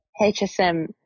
HSM